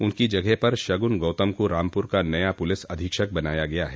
उनकी जगह पर शगुन गौतम को रामपुर का नया पुलिस अधीक्षक बनाया गया है